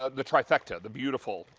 ah the trifecta, the beautiful